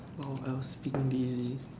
while I was being busy